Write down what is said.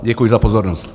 Děkuji za pozornost.